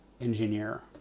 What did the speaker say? engineer